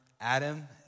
Adam